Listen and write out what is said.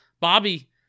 Bobby